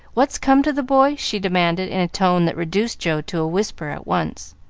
what's come to the boy? she demanded, in a tone that reduced joe to a whisper at once.